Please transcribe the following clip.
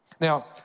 Now